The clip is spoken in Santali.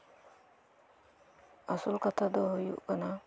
ᱟᱥᱚᱞ ᱠᱟᱛᱷᱟ ᱫᱚ ᱦᱩᱭᱩᱜ ᱠᱟᱱᱟ